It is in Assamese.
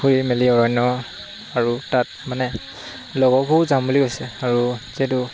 ফুৰি মেলি অৰণ্য আৰু তাত মানে লগৰবোৰ যাম বুলি কৈছে আৰু যিহেতু